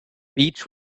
beach